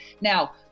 Now